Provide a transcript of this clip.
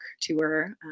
tour